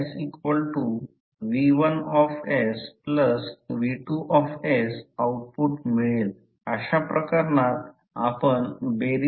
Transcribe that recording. आणि current I E R emf R माहित आहे आणि येथे फ्लक्स Fm R Fm हे E च्या अनुरूप आहे आणि रिल्यक्टन्स R हा रेजिस्टन्स R सोबत साधर्म्य आहे